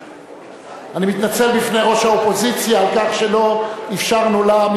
אני מתנצל בפני ראש האופוזיציה על כך שלא אפשרנו לה,